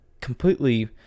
completely